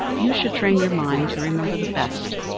you should train your mind to remember the best.